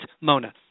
Mona